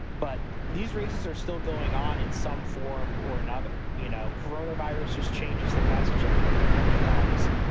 but these races are still going on in some form or another. you know, corona virus just changes the message a little bit. it becomes,